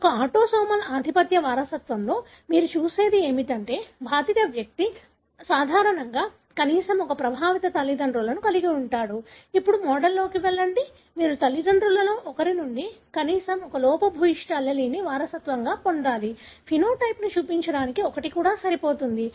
ఒక ఆటోసోమల్ ఆధిపత్య వారసత్వంలో మీరు చూసేది ఏమిటంటే బాధిత వ్యక్తి సాధారణంగా కనీసం ఒక ప్రభావిత తల్లిదండ్రుని కలిగి ఉంటారు ఇప్పుడు మోడల్తో వెళ్లండి మీరు తల్లిదండ్రుల లో ఒకరి నుండి కనీసం ఒక లోపభూయిష్ట allele వారసత్వంగా పొందాలి సమలక్షణాన్ని చూపించడానికి ఒకటి కూడా సరిపోతుంది